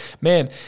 Man